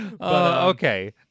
Okay